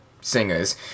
singers